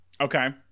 Okay